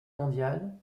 mondiale